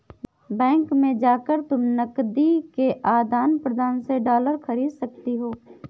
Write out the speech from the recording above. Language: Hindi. बैंक में जाकर तुम नकदी के आदान प्रदान से डॉलर खरीद सकती हो